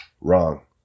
wrong